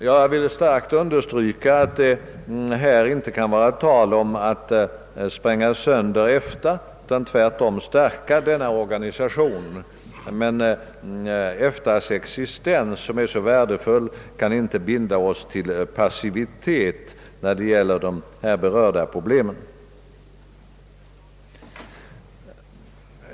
Jag vill starkt understryka att det här inte kan vara tal om att spränga sönder EFTA, utan tvärtom avses att stärka denna organisation, men EFTA:s existens, som är så värdefull, kan inte binda oss till passivitet när det gäller de här berörda problemen.